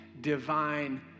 divine